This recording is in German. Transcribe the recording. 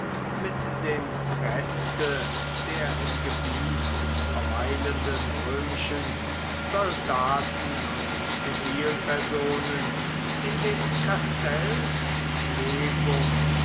mit dem reste der im gebiet verweilenden römischen soldaten und zivilpersonen in dem kastell